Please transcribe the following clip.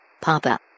Papa